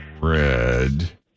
Red